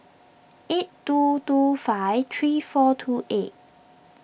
eight two two five three four two eight